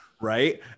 right